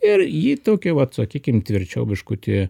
ir ji tokia vat sakykim tvirčiau biškutį